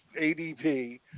ADP